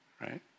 right